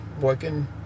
working